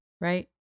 Right